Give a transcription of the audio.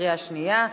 קריאה שנייה.